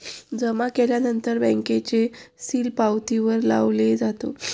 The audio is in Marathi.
जमा केल्यानंतर बँकेचे सील पावतीवर लावले जातो